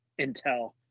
intel